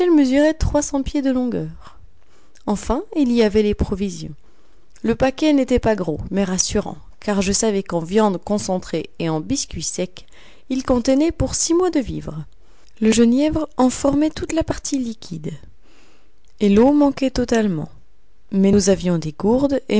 trois cents pieds de longueur enfin il y avait les provisions le paquet n'était pas gros mais rassurant car je savais qu'en viande concentrée et en biscuits secs il contenait pour six mois de vivres le genièvre en formait toute la partie liquide et l'eau manquait totalement mais nous avions des gourdes